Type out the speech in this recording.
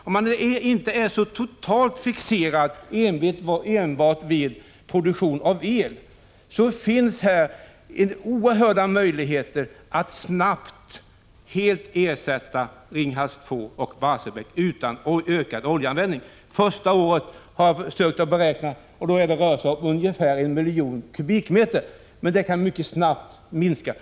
Om man inte är så totalt fixerad vid produktion av enbart el, finns här oerhörda möjligheter att snabbt och fullständigt ersätta Ringhals 2 och Barsebäck, utan att detta leder till ökad oljeanvändning. Jag har försökt beräkna första årets förbrukning. Den rör sig om ungefär en miljon kubikmeter, men den kan mycket snabbt minska.